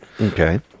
Okay